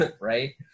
right